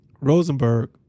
Rosenberg